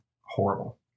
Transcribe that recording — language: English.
horrible